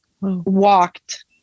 walked